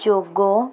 ଯୋଗ